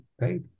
right